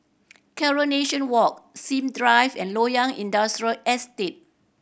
Coronation Walk Sim Drive and Loyang Industrial Estate